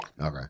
Okay